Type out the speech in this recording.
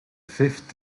fifth